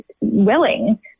willing